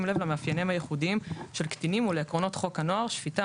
לב למאפייניהם הייחודיים של קטינים ולעקרונות חוק הנוער (שפיטה,